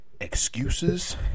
Excuses